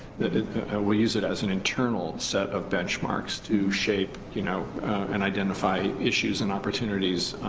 we'll use it as an internal set of benchmarks to shape you know and identify issues and opportunities,